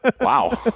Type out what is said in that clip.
Wow